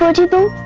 ah dooba